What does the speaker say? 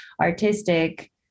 artistic